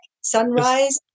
sunrise